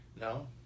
No